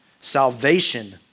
Salvation